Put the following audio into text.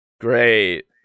great